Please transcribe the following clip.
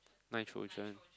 nitrogen